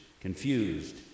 confused